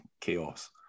chaos